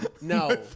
No